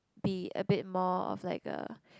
be a bit more of like a